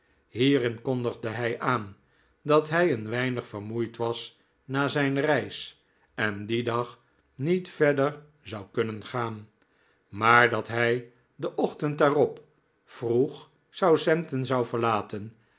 hierin kondigde deze aan dat hij een weinig vermoeid was na zijn reis en dien dag niet verder zou kunnen gaan maar dat hij den ochtend daarop vroeg southampton zou verlaten